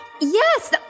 Yes